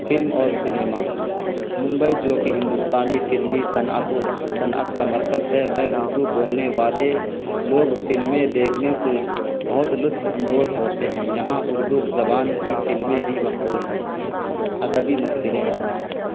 film اور cinema Mumbai جو کہ ہندوستانی فلمی صنعت و صنعت کا مرکز ہے میں اردو بولنے والے لوگ فلمیں دیکھنے سے بہت لطف اندوز ہوتے ہیں یہاں اردو زبان کی فلمیں بھی مقبول ہیں ادبی محفلیں